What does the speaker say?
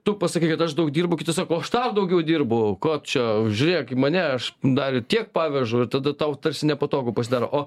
tu pasakei kad aš daug dirbu kiti sako aš dar daugiau dirbu ko čia žiūrėk į mane aš dar ir tiek pavežu ir tada tau tarsi nepatogu pasidaro o